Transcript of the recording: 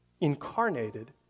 Incarnated